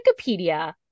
Wikipedia